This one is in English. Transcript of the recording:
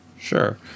sure